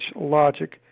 logic